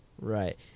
Right